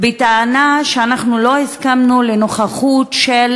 בטענה שאנחנו לא הסכמנו לנוכחות של